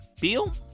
beal